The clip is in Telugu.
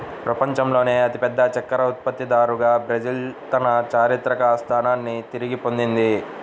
ప్రపంచంలోనే అతిపెద్ద చక్కెర ఉత్పత్తిదారుగా బ్రెజిల్ తన చారిత్రక స్థానాన్ని తిరిగి పొందింది